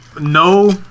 no